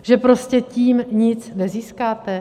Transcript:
Že prostě tím nic nezískáte?